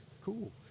cool